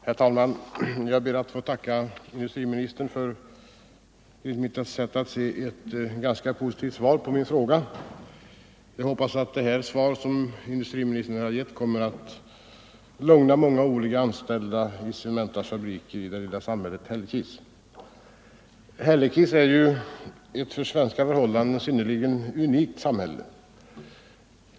Herr talman! Jag ber att få tacka industriministern för ett enligt mitt sätt att se positivt svar på min fråga. Jag hoppas att det svar som industriministern har gett kommer att lugna många oroliga anställda vid Cementas fabrik i det lilla samhället Hällekis. 9 Hällekis är ett efter svenska förhållanden synnerligen unikt samhälle.